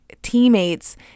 Teammates